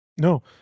No